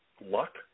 Luck